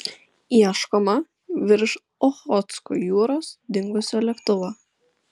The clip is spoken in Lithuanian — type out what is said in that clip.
ieškoma virš ochotsko jūros dingusio lėktuvo